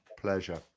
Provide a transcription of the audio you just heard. Pleasure